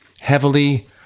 heavily